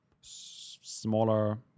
smaller